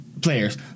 players